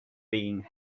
being